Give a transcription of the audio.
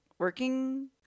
Working